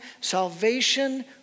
salvation